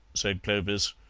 said clovis,